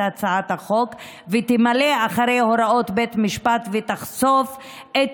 הצעת החוק ותמלא אחרי הוראות בית משפט ותחשוף את